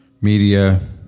Media